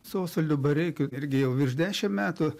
su osvaldu bareikiu irgi jau virš dešimt metų